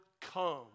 come